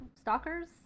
stalkers